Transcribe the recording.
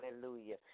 hallelujah